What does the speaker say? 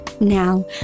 Now